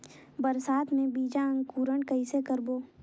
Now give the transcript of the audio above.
बरसात मे बीजा अंकुरण कइसे करबो?